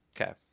okay